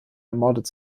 ermordet